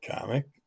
comic